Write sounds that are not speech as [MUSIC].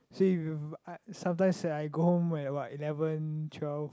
say you [NOISE] sometimes that I go home at where about eleven twelve